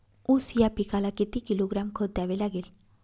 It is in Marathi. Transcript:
ऊस या पिकाला किती किलोग्रॅम खत द्यावे लागेल?